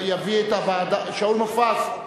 שאול מופז,